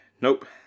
Nope